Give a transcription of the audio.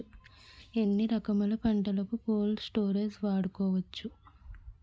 ఎన్ని రకములు పంటలకు కోల్డ్ స్టోరేజ్ వాడుకోవచ్చు?